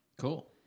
Cool